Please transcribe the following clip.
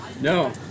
No